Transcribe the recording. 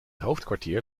hoofdkwartier